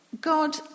God